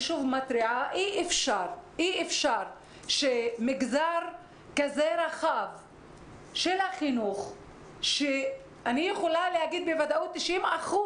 לא יכול להיות שמהמגזר של החינוך שבו 90%